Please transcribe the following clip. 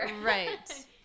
right